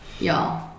Y'all